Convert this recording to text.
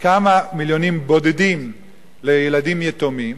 כמה מיליונים בודדים לילדים יתומים,